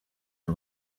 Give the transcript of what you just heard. for